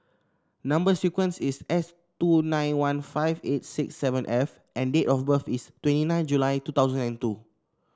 number sequence is S two nine one five eight six seven F and date of birth is twenty nine July two thousand and two